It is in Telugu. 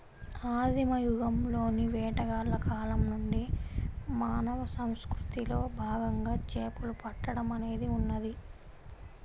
ఆదిమ యుగంలోని వేటగాళ్ల కాలం నుండి మానవ సంస్కృతిలో భాగంగా చేపలు పట్టడం అనేది ఉన్నది